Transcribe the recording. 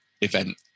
event